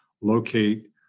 locate